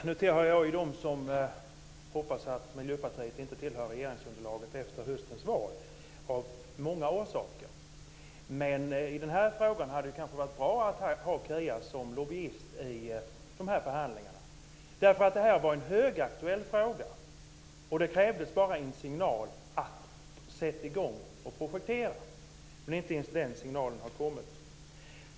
Fru talman! Det är lovvärt. Jag tillhör dem som av många skäl hoppas att Miljöpartiet inte tillhör regeringsunderlaget efter höstens val, men i denna fråga hade det kanske varit bra att ha Kia som lobbyist i förhandlingarna. Det var en högaktuell fråga, och det krävdes bara en signal om att man skulle sätta i gång och projektera. Inte ens den signalen har kommit.